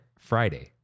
Friday